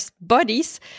bodies